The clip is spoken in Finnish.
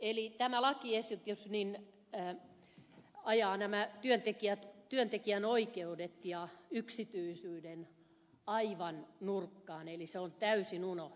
eli tämä lakiesitys ajaa työntekijän oikeudet ja yksityisyyden aivan nurkkaan eli työntekijän oikeudet on täysin unohdettu